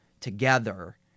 together